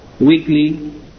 weekly